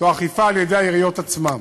זו אכיפה על-ידי העיריות עצמן.